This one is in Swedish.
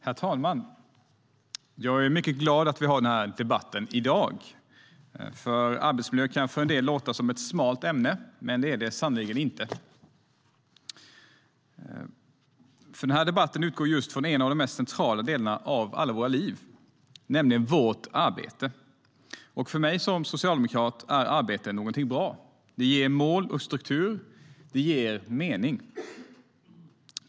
Herr talman! Jag är mycket glad att vi har den här debatten i dag. Arbetsmiljö kan för en del låta som ett smalt ämne, men det är det sannerligen inte. Den här debatten utgår från en av de mest centrala delarna av vårt liv, nämligen vårt arbete. För mig som socialdemokrat är arbete någonting bra. Det ger mål och struktur. Det ger mening.